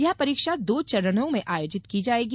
यह परीक्षा दो चरणों में आयोजित की जायेगी